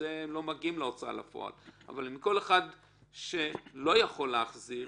הם לא מגיעים להוצאה לפועל מכל אחד שלא יכול להחזיר,